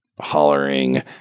hollering